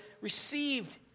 received